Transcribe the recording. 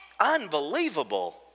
Unbelievable